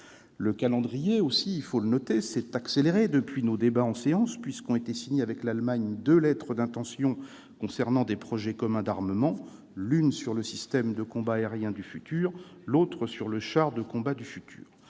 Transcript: Le calendrier, notons-le, s'est aussi accéléré depuis nos débats en séance, puisqu'ont été signées avec l'Allemagne deux lettres d'intention concernant des projets communs d'armement : l'une sur le système de combat aérien du futur ; l'autre sur le char de combat du futur.